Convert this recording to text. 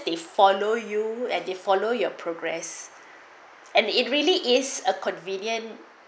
they follow you and the follow your progress and it really is a convenient